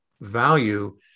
value